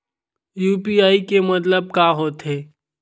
UPI के मतलब का होथे?